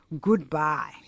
goodbye